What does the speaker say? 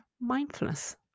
mindfulness